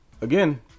again